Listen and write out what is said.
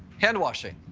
handwashing.